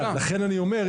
לכן אני אומר,